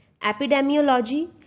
Epidemiology